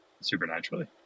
supernaturally